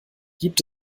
gibt